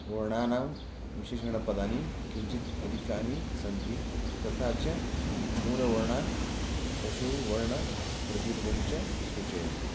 वर्णानां विशेषणपदानि किञ्चित् अधिकानि सन्ति तथा च मूलवर्णान् पशुवर्णप्रतिरूपं च सूचयन्ति